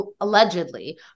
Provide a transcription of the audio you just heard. allegedly